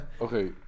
Okay